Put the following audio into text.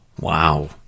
Wow